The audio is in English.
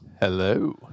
Hello